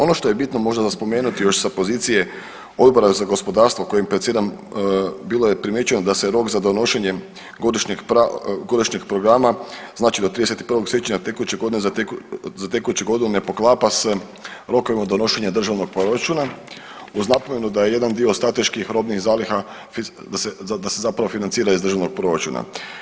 Ono što je bitno možda za spomenuti još sa pozicije Odbora za gospodarstvo kojim predsjedam, bilo je primijećeno da se rok za donošenje godišnjeg programa znači do 31. siječnja tekuće godine za tekuću godinu ne poklapa s rokovima donošenja državnog proračuna uz napomenu da je jedan dio strateških robnih zaliha da se zapravo financira iz državnog proračuna.